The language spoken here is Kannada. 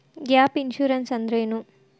ಗ್ಯಾಪ್ ಇನ್ಸುರೆನ್ಸ್ ಅಂದ್ರೇನು?